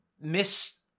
miss